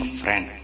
friend